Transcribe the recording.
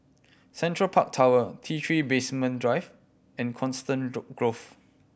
Central Park Tower T Three Basement Drive and Coniston Grove